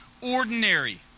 ordinary